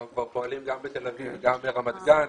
אנחנו כבר פועלים גם בתל אביב וגם ברמת גן.